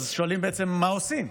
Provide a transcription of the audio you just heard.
אז שואלים בעצם מה עושים,